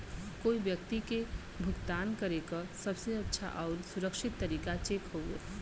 कोई व्यक्ति के भुगतान करे क सबसे अच्छा आउर सुरक्षित तरीका चेक हउवे